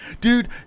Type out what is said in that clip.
Dude